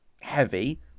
heavy